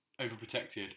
Overprotected